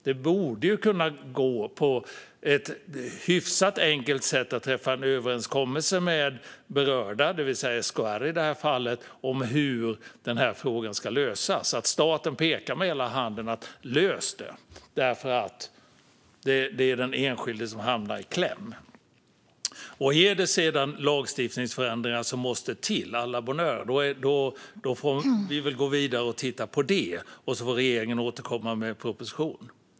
Det borde gå att på ett hyfsat enkelt sätt träffa en överenskommelse med berörda, det vill säga SKR i det här fallet, om hur den här frågan ska lösas. Staten borde kunna peka med hela handen och säga "Lös det! ", eftersom det är den enskilde som hamnar i kläm. Är det sedan lagstiftningsförändringar som måste till - à la bonne heure! Då får vi väl gå vidare och titta på det, och så får regeringen återkomma med en proposition.